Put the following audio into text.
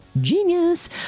Genius